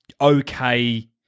okay